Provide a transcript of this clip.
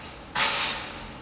yeah